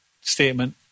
statement